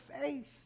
faith